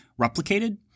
replicated